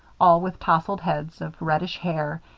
all with tousled heads of reddish hair,